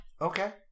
Okay